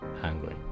hungry